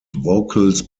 vocals